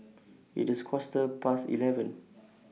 IT IS A Quarter Past eleven